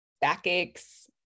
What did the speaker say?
backaches